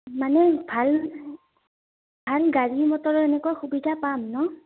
মানে ভাল ভাল গাড়ী মটৰৰ এনেকুৱা সুবিধা পাম ন